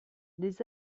les